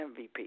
MVP